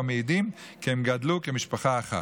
המעידים כי הם גדלו כמשפחה אחת.